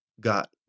got